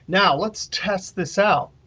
now let's test this out.